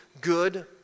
good